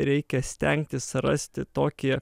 reikia stengtis rasti tokį